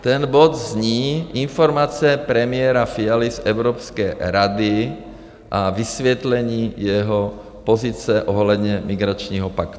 Ten bod zní: Informace premiéra Fialy z Evropské rady a vysvětlení jeho pozice ohledně migračního paktu.